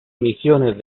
misiones